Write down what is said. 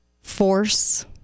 force